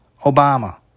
Obama